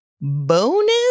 bonus